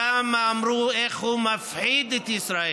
כמה אמרו: איך הוא מפחיד את ישראל,